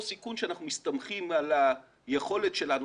סיכון כשאנחנו מסתמכים על היכולת שלנו,